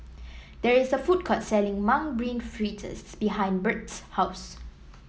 there is a food court selling Mung Bean Fritters behind Burt's house